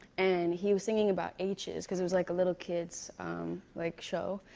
and he was singing about h's cause it was, like, a little kids like show,